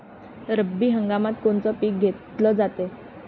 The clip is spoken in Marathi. रब्बी हंगामात कोनचं पिक घेतलं जाते?